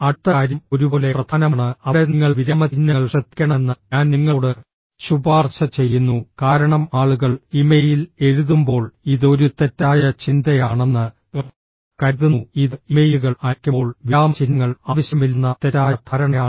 അടുത്ത കാര്യം ഒരുപോലെ പ്രധാനമാണ് അവിടെ നിങ്ങൾ വിരാമചിഹ്നങ്ങൾ ശ്രദ്ധിക്കണമെന്ന് ഞാൻ നിങ്ങളോട് ശുപാർശ ചെയ്യുന്നു കാരണം ആളുകൾ ഇമെയിൽ എഴുതുമ്പോൾ ഇത് ഒരു തെറ്റായ ചിന്തയാണെന്ന് കരുതുന്നു ഇത് ഇമെയിലുകൾ അയയ്ക്കുമ്പോൾ വിരാമചിഹ്നങ്ങൾ ആവശ്യമില്ലെന്ന തെറ്റായ ധാരണയാണ്